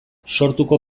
sortuko